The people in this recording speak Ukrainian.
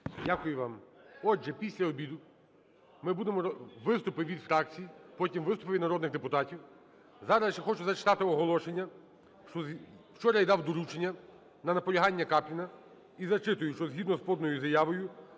Дякую вам. Отже після обіду ми будемо… виступи від фракцій, потім виступи від народних депутатів. Зараз я ще хочу зачитати оголошення. Вчора я дав доручення на наполягання Капліна, і зачитую, що згідно з поданою заявою